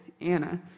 Anna